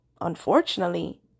unfortunately